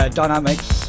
dynamics